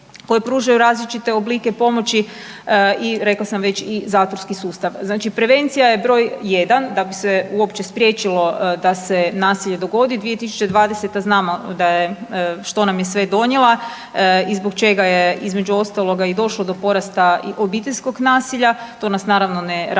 koje pružaju različite oblike pomoći i rekla sam već, i zatvorski sustav. Znači prevencija je broj jedan da bi se uopće spriječilo da se nasilje dogodi. 2020. znamo da je, što nam je sve donijela i zbog čega je između ostaloga i došlo do porasta i obiteljskog nasilja. To nas naravno ne raduje,